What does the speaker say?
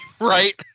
Right